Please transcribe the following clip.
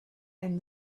and